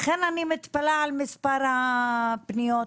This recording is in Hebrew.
לכן אני מתפלאה על מספר הפניות.